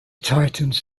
titans